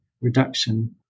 reduction